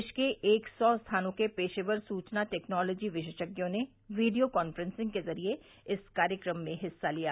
देश के एक सौ स्थानों के पेशेवर सूचना टेक्नॉलोजी विशेषज्ञों ने वीडियो कांफ्रेंसिंग के जरिये इस कार्यक्रम में हिस्सा लिया